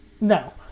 No